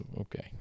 Okay